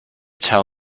tell